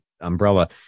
umbrella